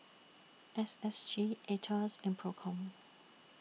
S S G Aetos and PROCOM